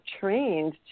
trained